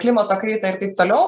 klimato kaitą ir taip toliau